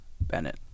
Bennett